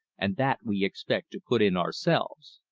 and that we expect to put in ourselves.